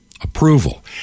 Approval